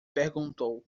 perguntou